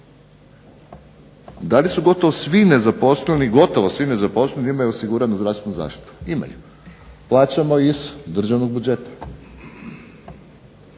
Da li su gotovo svi nezaposleni, gotovo svi nezaposleni imaju osiguranu zdravstvenu zaštitu, imaju, plaćamo iz državnog budžeta.